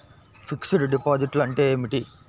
Fixed డిపాజిట్లు అంటే ఏమిటి?